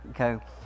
Okay